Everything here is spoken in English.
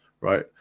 right